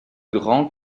grand